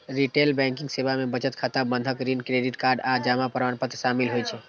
retail banking सेवा मे बचत खाता, बंधक, ऋण, क्रेडिट कार्ड आ जमा प्रमाणपत्र शामिल होइ छै